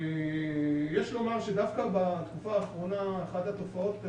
יש לומר שדווקא בתקופה האחרונה אחת התופעות,